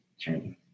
training